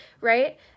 right